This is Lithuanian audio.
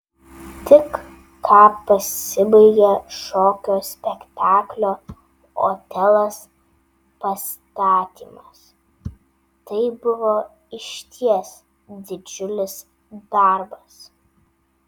tik ką pasibaigė šokio spektaklio otelas pastatymas tai buvo išties didžiulis darbas